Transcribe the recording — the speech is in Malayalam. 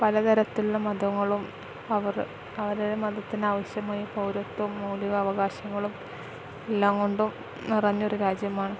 പലതരത്തിലുള്ള മതങ്ങളും അവർ അവരുടെ മതത്തിന് ആവശ്യമായി പൗരത്തം മൗലിക അവകാശങ്ങളും എല്ലാം കൊണ്ടും നിറഞ്ഞൊരു രാജ്യമാണ്